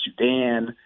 Sudan